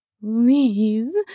please